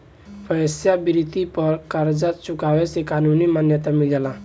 वेश्यावृत्ति पर कर चुकवला से कानूनी मान्यता मिल जाला